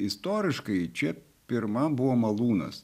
istoriškai čia pirma buvo malūnas